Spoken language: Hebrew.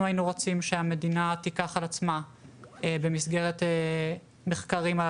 אנחנו היינו רוצים שהמדינה תיקח על עצמה במסגרת מחקרים על